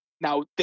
Now